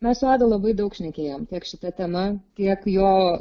mes su adu labai daug šnekėjom tiek šita tema kiek jo